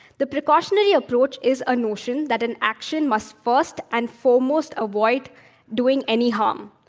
the precautionary approach is a notion that an action must first and foremost avoid doing any harm.